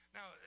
Now